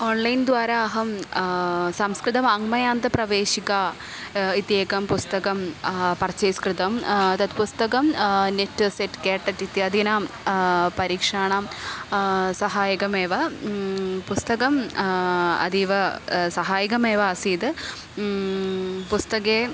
online द्वारा अहं संस्कृतवाङ्मयान्तप्रवेशिका इत्येकं पुस्तकं पर्चेस् कृतं तत् पुस्तगं नेट् सेट् के टेट् इत्यादीनां परीक्षाणां सहायकमेव पुस्तकम् अतीव सहायकमेव आसीत् पुस्तके